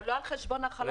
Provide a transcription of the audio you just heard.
אבל לא על חשבון החלשים.